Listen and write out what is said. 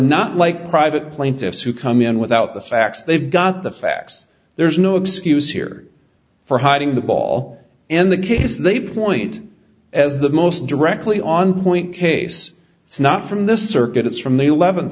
not like private plaintiffs who come in without the facts they've got the facts there's no excuse here for hiding the ball and the case they point as the most directly on point case it's not from the circuit it's from the eleventh